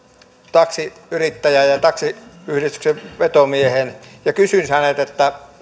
taksiyrittäjään ja taksiyhdistyksen vetomieheen ja kysyin häneltä